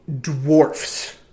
dwarfs